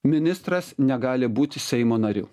ministras negali būti seimo nariu